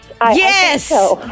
Yes